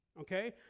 okay